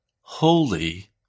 holy